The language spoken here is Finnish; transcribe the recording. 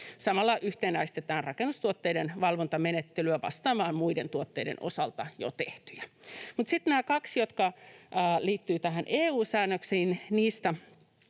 Samalla yhtenäistetään rakennustuotteiden valvontamenettelyä vastaamaan muiden tuotteiden osalta jo tehtyjä. Sitten näistä kahdesta, jotka liittyvät näihin EU-säännöksiin,